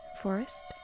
forest